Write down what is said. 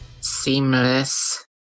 Seamless